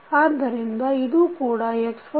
ಆದ್ದರಿಂದ ಇದೂ ಕೂಡ x1t